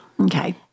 Okay